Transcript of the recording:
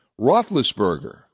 Roethlisberger